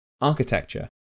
architecture